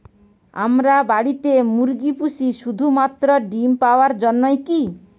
আমরা বাড়িতে মুরগি পুষি শুধু মাত্র ডিম পাওয়ার জন্যই কী?